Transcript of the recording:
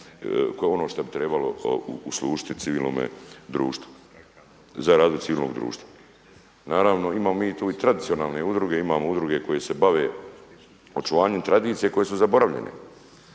kao ono što bi trebalo uslužiti civilnome društvu za razvoj civilnog društva. Naravnao imamo mi tu i tradicionalne udruge, imamo udruge koje se bave očuvanjem tradicije koje su zaboravljene,